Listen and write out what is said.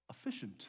efficient